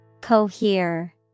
Cohere